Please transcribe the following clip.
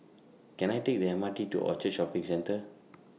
Can I Take The M R T to Orchard Shopping Centre